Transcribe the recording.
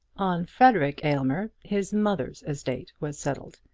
on frederic aylmer his mother's estate was settled.